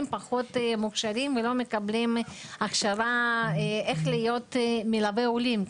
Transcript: הם פחות מוכשרים והם לא מקבלים הכשרה בליווי עולים.